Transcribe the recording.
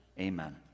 Amen